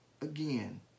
again